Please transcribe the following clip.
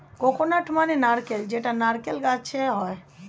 coconut মানে নারকেল যেটা নারকেল গাছে হয়